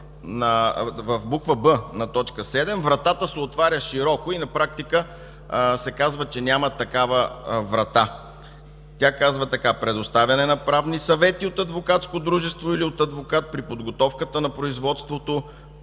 в буква „б” на т. 7 вратата се отваря широко и на практика се казва, че няма такава врата. Тя казва така: предоставяне на правни съвети от адвокатско дружество или от адвокат при подготовката на производства